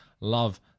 Love